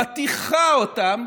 מטיחה אותם,